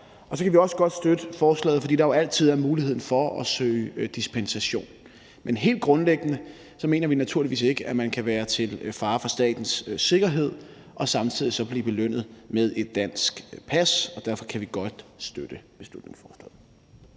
Så kan vi også godt støtte forslaget, fordi der jo altid er mulighed for at søge dispensation. Men helt grundlæggende mener vi naturligvis ikke, at man kan være til fare for statens sikkerhed og samtidig blive belønnet med et dansk pas, og derfor kan vi godt støtte beslutningsforslaget.